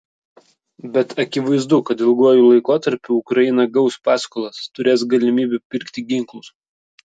bet akivaizdu kad ilguoju laikotarpiu ukraina gaus paskolas turės galimybių pirkti ginklus